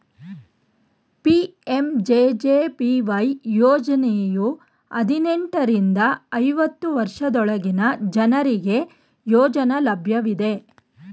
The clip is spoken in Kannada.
ಪಿ.ಎಂ.ಜೆ.ಜೆ.ಬಿ.ವೈ ಯೋಜ್ನಯು ಹದಿನೆಂಟು ರಿಂದ ಐವತ್ತು ವರ್ಷದೊಳಗಿನ ಜನ್ರುಗೆ ಯೋಜ್ನ ಲಭ್ಯವಿದೆ